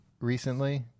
recently